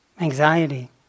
anxiety